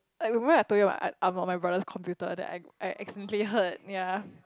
Like remember I told you [what] I I'm at my brother's computer then I I accidentally heard ya